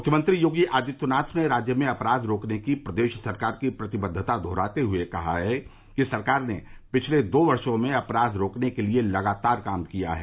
मुख्यमंत्री योगी आदित्यनाथ ने राज्य में अपराध रोकने की प्रदेश सरकार की प्रतिबद्वता दोहराते हुए कहा कि सरकार ने पिछले दो वर्षो में अपराध रोकने के लिए लगातार काम किया है